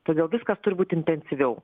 todėl viskas turbūt intensyviau